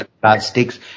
plastics